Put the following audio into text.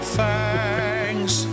Thanks